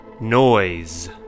Noise